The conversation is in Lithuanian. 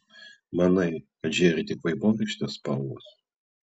manai kad žėri tik vaivorykštės spalvos